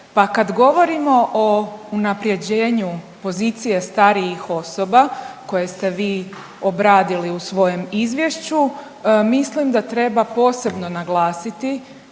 pa kad govorimo o unaprjeđenju pozicije starijih osoba koje ste vi obradili u svojem izvješću mislim da treba posebno naglasiti